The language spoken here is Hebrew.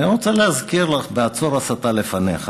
אני רוצה להזכיר לך: "עצור, הסתה לפניך"